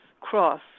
cross